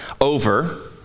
over